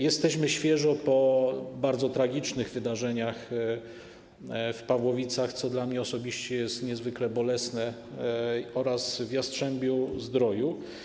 Jesteśmy świeżo po bardzo tragicznych wydarzeniach w Pawłowicach, co dla mnie osobiście jest niezwykle bolesne, oraz w Jastrzębiu-Zdroju.